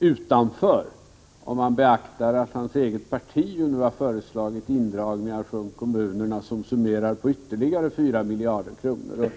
egendomlig, om man beaktar att hans eget parti just har föreslagit indragningar från kommunerna på ytterligare 4 miljarder kronor.